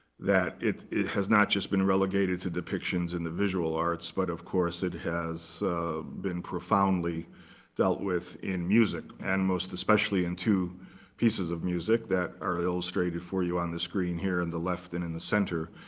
that it it has not just been relegated to depictions in the visual arts. but of course, it has been profoundly dealt with in music. and most especially, in two pieces of music that are illustrated for you on the screen here in the left and in the center.